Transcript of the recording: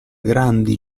grandi